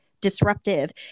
disruptive